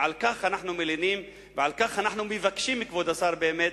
ועל כך אנחנו מלינים ועל כך אנחנו מבקשים מכבוד השר להיות